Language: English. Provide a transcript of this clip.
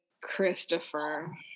Christopher